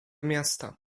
miasta